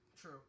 True